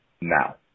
Now